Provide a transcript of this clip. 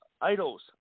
Idols